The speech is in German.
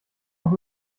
noch